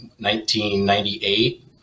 1998